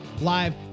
live